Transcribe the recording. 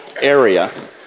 area